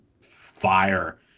fire